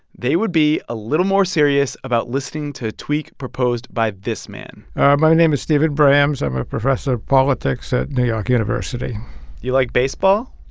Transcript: they would be a little more serious about listening to a tweak proposed by this man my name is steven brams. i'm a professor of politics at new york university do you like baseball?